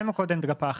לאומי.